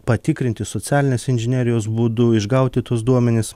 patikrinti socialinės inžinerijos būdu išgauti tuos duomenis